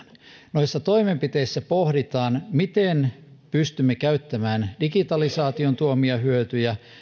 noissa toimenpiteissä pohditaan miten pystymme käyttämään digitalisaation tuomia hyötyjä